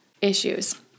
issues